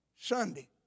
Sunday